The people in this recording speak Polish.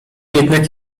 jednak